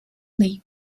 league